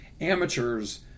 amateurs